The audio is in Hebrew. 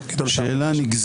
עם סימן שאלה.